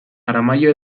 aramaio